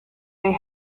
they